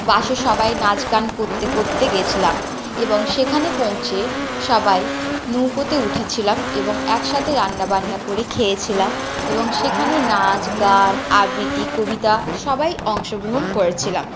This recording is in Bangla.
বাসে সবাই নাচ গান করতে করতে গেছিলাম এবং সেখানে পৌঁছে সবাই নৌকোতে উঠেছিলাম এবং একসাথে রান্নাবান্না করে খেয়েছিলাম এবং সেখানে নাচ গান আবৃত্তি কবিতা সবাই অংশগ্রহন করেছিলাম